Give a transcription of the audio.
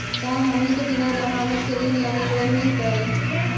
का हमनी के बिना जमानत के ऋण यानी लोन मिलतई?